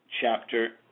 chapter